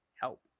help